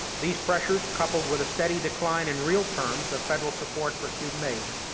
these pressures, coupled with a steady decline in real terms of federal support for student aid,